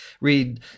read